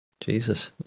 Jesus